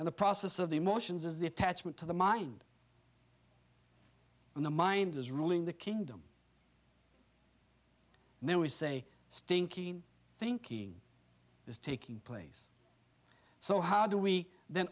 and the process of the emotions is the attachment to the mind and the mind is ruling the kingdom and then we say stinking thinking is taking place so how do we then